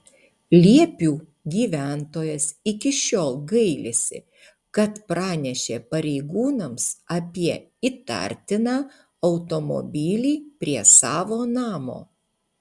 liepių gyventojas iki šiol gailisi kad pranešė pareigūnams apie įtartiną automobilį prie savo namo